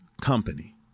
company